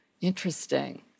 Interesting